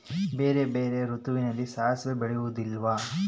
ಬೇರೆ ಬೇರೆ ಋತುವಿನಲ್ಲಿ ಸಾಸಿವೆ ಬೆಳೆಯುವುದಿಲ್ಲವಾ?